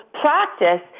practice